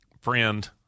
friend